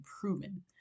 proven